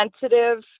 sensitive